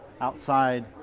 outside